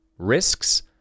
Risks